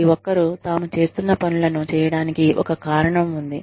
ప్రతి ఒక్కరూ తాము చేస్తున్న పనులను చేయడానికి ఒక కారణం ఉంది